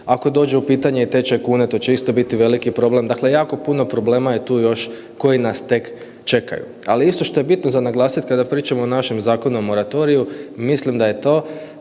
ako dođe u pitanje i tečaj kune to će isto biti veliki problem. Dakle, jako puno problema je tu još koji nas tek čekaju. Ali isto što je bitno za naglasit kada pričamo o našem zakonu o moratoriju mislim da je to